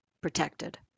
protected